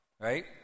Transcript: right